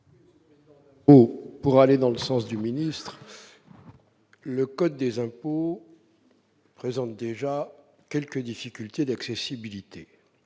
Pour aller dans le sens du ministre, le code des impôts présente déjà quelques difficultés d'accessibilité